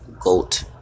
goat